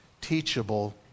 teachable